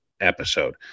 episode